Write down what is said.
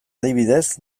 adibidez